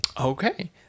Okay